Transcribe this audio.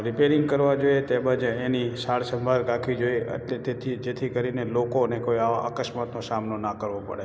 repairing કરવાં જોઈએ તેમજ એની સાર સંભાળ રાખવી જોઈએ એટલે તેથી જેથી કરીને લોકોને કોઈ આવા અકસ્માતનો સામનો ના કરવો પડે